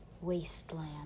wasteland